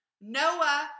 Noah